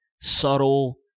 subtle